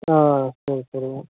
ஆஆ சரி சரிங்க